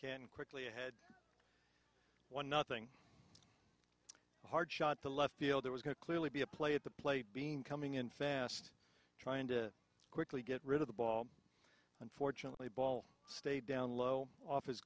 can quickly ahead one nothing hard shot to left field there was going to clearly be a play at the plate being coming in fast trying to quickly get rid of the ball unfortunately ball stayed down low off his